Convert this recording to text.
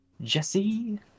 Jesse